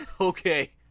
Okay